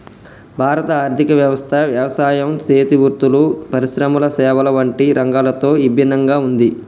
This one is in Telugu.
భారత ఆర్థిక వ్యవస్థ యవసాయం సేతి వృత్తులు, పరిశ్రమల సేవల వంటి రంగాలతో ఇభిన్నంగా ఉంది